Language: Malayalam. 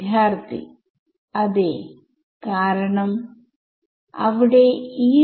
വിദ്യാർത്ഥി ഡെൽറ്റ x വളരെ നല്ലത്